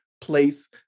place